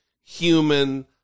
human